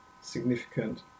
significant